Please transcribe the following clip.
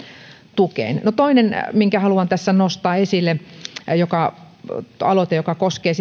tukeen toinen minkä haluan tässä nostaa esille on sitten aloite joka koskee